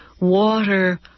water